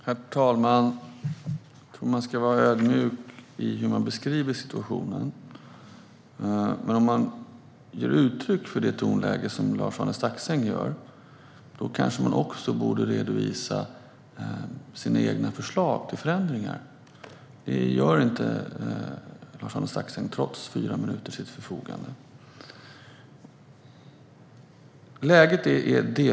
Herr talman! Man ska nog vara ödmjuk när man beskriver situationen. När man ger uttryck för det tonläge som Lars-Arne Staxäng gör kanske man också borde redovisa sina egna förslag till förändringar. Trots att Lars-Arne Staxäng hade fyra minuter till sitt förfogande gör han inte det.